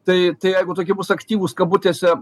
tai tai jeigu tokie bus aktyvūs kabutėse